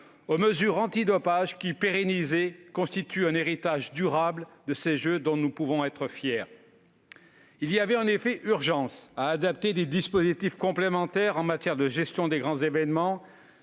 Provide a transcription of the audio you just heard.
des mesures antidopage qui, une fois pérennisées, constitueront un héritage durable de ces Jeux. Nous pouvons en être fiers. Il y avait en effet urgence à adapter des dispositifs complémentaires en matière de gestion des grands événements.